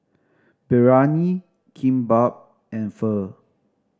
Biryani Kimbap and Pho